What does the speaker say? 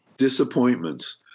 disappointments